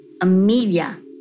Amelia